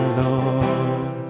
lord